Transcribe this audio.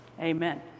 Amen